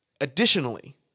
Additionally